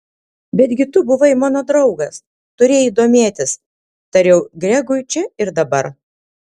betgi tu buvai mano draugas turėjai domėtis tariau gregui čia ir dabar